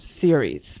series